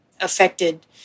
affected